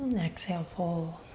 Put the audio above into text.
exhale, fold.